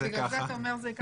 בגלל זה אתה אומר שזה ייקח זמן.